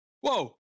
Whoa